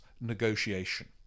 negotiation